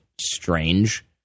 strange